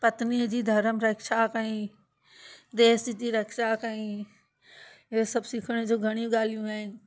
पत्नीअ जी धर्म रक्षा कयाईं देश जी रक्षा कयाईं इहो सभु सिखण जो घणी ॻाल्हियूं आहिनि